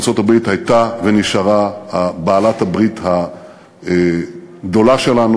ארצות-הברית הייתה ונשארה בעלת-הברית הגדולה שלנו.